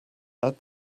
add